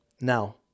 Now